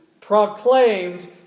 proclaimed